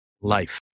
life